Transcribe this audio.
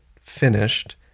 finished